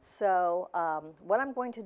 so what i'm going to